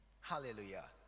Hallelujah